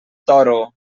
toro